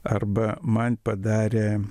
arba man padarė